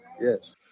yes